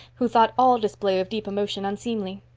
who thought all display of deep emotion unseemly.